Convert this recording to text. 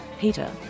Peter